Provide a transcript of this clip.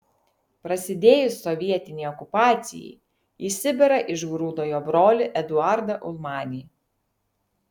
prasidėjus sovietinei okupacijai į sibirą išgrūdo jo brolį eduardą ulmanį